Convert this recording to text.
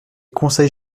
conseils